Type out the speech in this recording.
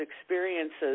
experiences